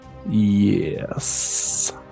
Yes